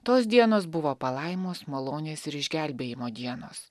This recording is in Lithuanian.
tos dienos buvo palaimos malonės ir išgelbėjimo dienos